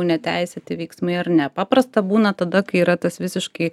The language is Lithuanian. neteisėti veiksmai ar ne paprasta būna tada kai yra tas visiškai